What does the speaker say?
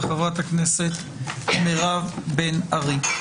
וחברת הכנסת מירב בן ארי.